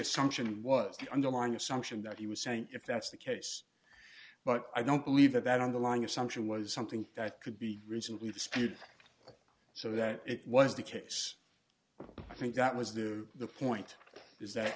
assumption was the underlying assumption that he was saying if that's the case but i don't believe that that underlying assumption was something that could be recently disputed so that it was the case i think that was the point is that